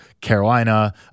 Carolina